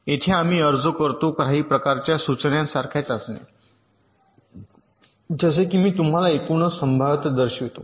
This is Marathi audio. येथे आम्ही अर्ज करतो काही प्रकारच्या सूचनांसारख्या चाचण्या जसे की मी तुम्हाला एकूणच संभाव्यता दर्शवितो